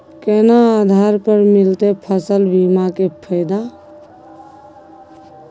केना आधार पर मिलतै फसल बीमा के फैदा?